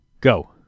Go